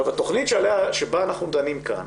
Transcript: התכנית שבה אנחנו דנים כאן